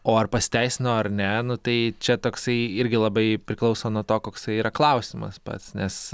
o ar pasiteisino ar ne nu tai čia toksai irgi labai priklauso nuo to koksai yra klausimas pats nes